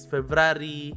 February